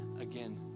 again